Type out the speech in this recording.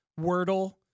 Wordle